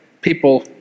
people